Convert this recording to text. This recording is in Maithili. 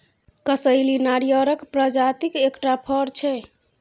कसैली नारियरक प्रजातिक एकटा फर छै